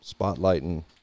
spotlighting